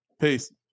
Peace